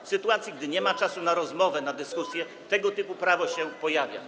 W sytuacji gdy nie ma czasu na rozmowę, na dyskusję, tego typu prawo się pojawia.